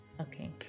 Okay